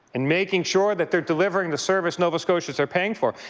and making sure that they're delivering the service nova scotians are paying for,